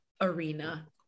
arena